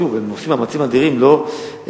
שוב, הם עושים מאמצים אדירים שלא ליפול